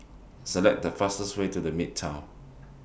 Select The fastest Way to The Midtown